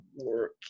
work